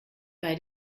bei